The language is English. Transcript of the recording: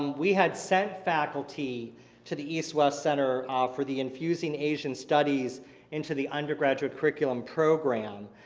we had sent faculty to the east-west center for the infusing asian studies into the undergraduate curriculum program.